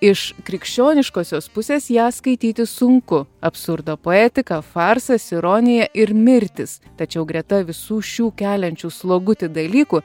iš krikščioniškosios pusės ją skaityti sunku absurdo poetika farsas ironija ir mirtys tačiau greta visų šių keliančių slogutį dalykų